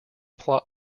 plot